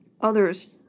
Others